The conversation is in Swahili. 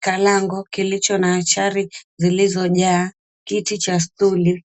kalango kilicho na chari zilizojaa, kiti cha stuli.